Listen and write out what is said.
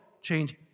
change